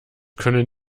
können